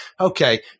okay